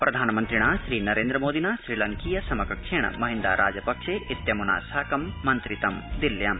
प्रधानमन्त्रिणा श्रीनरेन्द्रमोदिना श्रीलंकीय समकक्षेण महिन्दा राजपक्षे इत्यमुना साकम् मन्त्रितं दिल्ल्याम्